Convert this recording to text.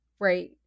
right